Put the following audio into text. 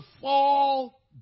fall